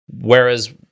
whereas